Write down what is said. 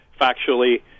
factually